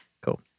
Cool